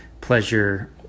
pleasure